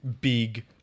big